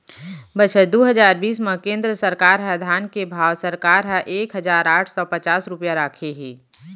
बछर दू हजार बीस म केंद्र सरकार ह धान के भाव सरकार ह एक हजार आठ सव पचास रूपिया राखे हे